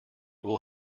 will